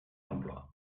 l’emploi